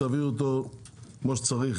תעבירו אותו כמו שצריך,